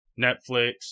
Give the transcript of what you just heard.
Netflix